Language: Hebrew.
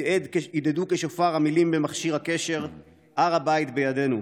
הדהדו כשופר המילים במכשיר הקשר: "הר הבית בידינו".